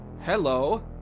Hello